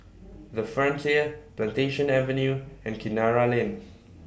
The Frontier Plantation Avenue and Kinara Lane